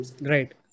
Right